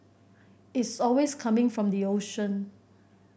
it's always coming from the ocean